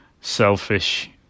selfish